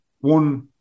one